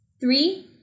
Three